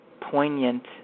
poignant